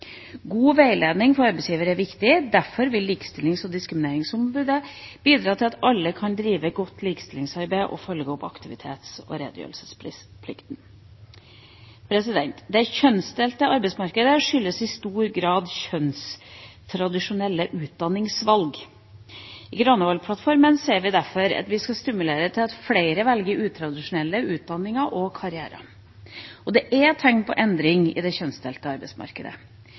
God veiledning for arbeidsgiver er viktig. Derfor vil Likestillings- og diskrimineringsombudet bidra til at alle kan drive godt likestillingsarbeid og følge opp aktivitets- og redegjørelsesplikten. Det kjønnsdelte arbeidsmarkedet skyldes i stor grad kjønnstradisjonelle utdanningsvalg. I Granavolden-plattformen sier vi derfor at vi skal stimulere til at flere velger utradisjonelle utdanninger og karrierer. Og det er tegn til endring i det kjønnsdelte arbeidsmarkedet.